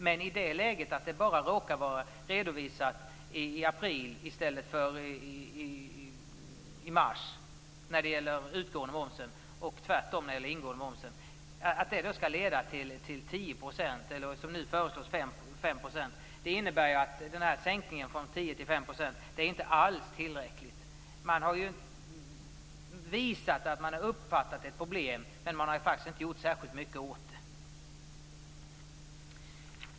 Men här handlar det bara om att den utgående momsen råkar vara redovisad i april i stället för i mars och tvärtom när det gäller den ingående momsen. Att det skall leda till 10 % eller som nu föreslås 5 % är inte rimligt. Den här sänkningen från 10 % till 5 % är inte alls tillräcklig. Man har visat att man har uppfattat ett problem, men man har faktiskt inte gjort särskilt mycket åt det.